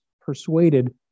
persuaded